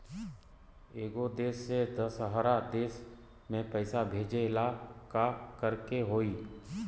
एगो देश से दशहरा देश मे पैसा भेजे ला का करेके होई?